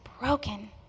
broken